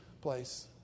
place